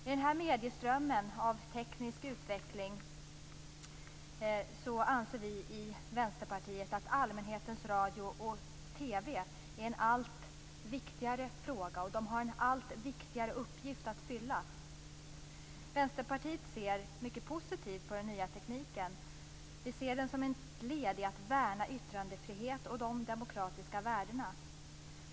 I denna medieström och i denna tekniska utveckling menar vi i Vänsterpartiet att allmänhetens radio och TV har en allt viktigare uppgift att fylla. Vänsterpartiet ser mycket positivt på den nya tekniken. Vi ser den som ett led att värna yttrandefrihet och de demokratiska värdena.